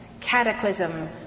cataclysm